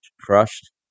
crushed